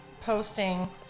posting